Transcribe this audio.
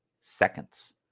seconds